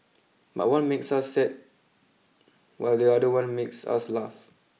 but one makes us sad while the other one makes us laugh